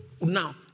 now